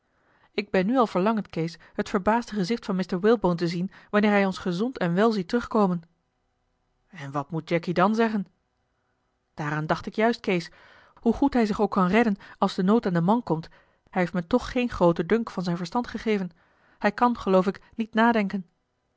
ik ben nu al verlangend kees het verbaasde gezicht van mr walebone te zien wanneer hij ons gezond en wel ziet terug komen en wat moet jacky dan zeggen daaraan dacht ik juist kees hoe goed hij zich ook kan redden als de nood aan den man komt hij heeft me toch geen grooten dunk van zijn verstand gegeven hij kan geloof ik niet nadenken